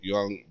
Young